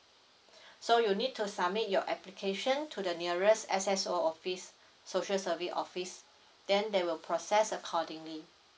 so you need to submit your application to the nearest S_S_O office social service office then they will process accordingly